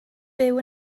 byw